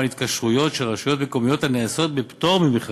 התקשרויות של רשויות מקומיות הנעשות בפטור ממכרז.